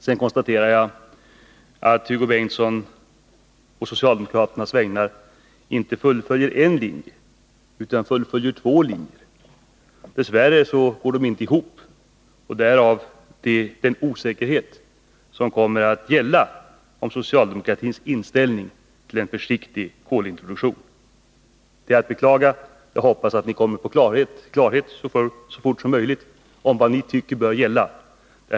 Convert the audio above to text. Sedan konstaterar jag att Hugo Bengtsson å socialdemokraternas vägnar fullföljer inte en utan två linjer. Dess värre går de inte ihop. Därav den osäkerhet som kommer att råda beträffande socialdemokratins inställning till en försiktig kolintroduktion. Det är att beklaga. Jag hoppas att ni kommer till klarhet så fort som möjligt om vad ni tycker bör gälla.